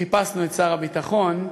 חיפשנו את שר הביטחון,